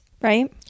right